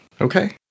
Okay